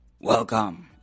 welcome